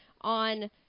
on